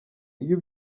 iyo